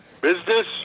Business